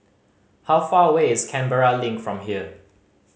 how far away is Canberra Link from here